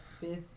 fifth